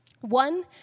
One